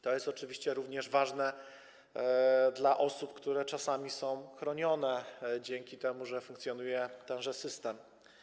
To jest oczywiście również ważne dla osób, które czasami są chronione dzięki temu, że funkcjonuje tenże system.